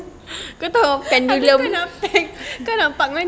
kau tahu pen kau nampak mana